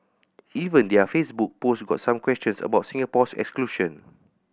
even their Facebook post got some questions about Singapore's exclusion